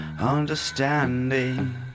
understanding